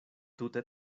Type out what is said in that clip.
tute